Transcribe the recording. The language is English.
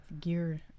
Gear